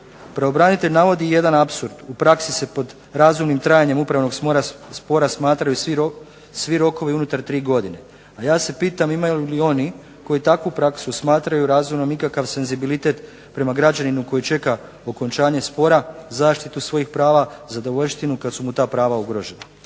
Pravobranitelj navodi jedan apsurd, u praksi se pod razumnim trajanjem spora smatraju svi rokovi unutar tri godine. A ja se pitam imaju li oni koji takvu praksu smatraju razumnom ikakav senzibilitet prema građaninu koji čeka okončanje spora, zaštitu svojih prava, zadovoljštinu kada su mu ta prava ugrožena.